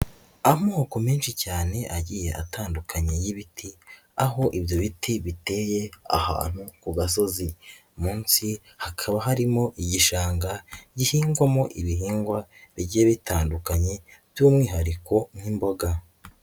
Amoko menshi cyane agiye atandukanye y'ibiti, aho ibyo biti biteye ahantu ku gasozi. Mu nsi hakaba harimo igishanga gihingwamo ibihingwa bijye bitandukanye by'umwihariko nk'imboga.